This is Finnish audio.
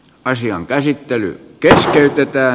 asian käsittely keskeytetään